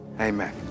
Amen